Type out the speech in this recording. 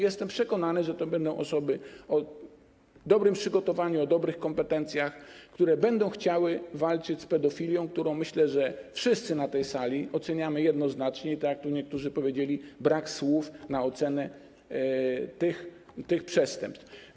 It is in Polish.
Jestem przekonany, że to będą osoby o dobrym przygotowaniu, o właściwych kompetencjach, osoby, które będą chciały walczyć z pedofilią, którą, myślę, wszyscy na tej sali oceniamy jednoznacznie - tak jak tu niektórzy powiedzieli, brak słów na ocenę tych przestępstw.